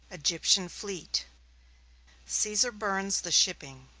egyptian fleet caesar burns the shipping